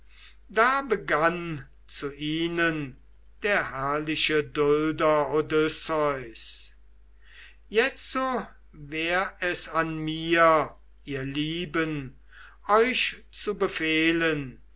da begann zu ihnen der herrliche dulder odysseus jetzo wär es an mir ihr lieben euch zu befehlen